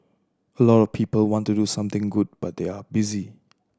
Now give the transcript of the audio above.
a lot of people want to do something good but they are busy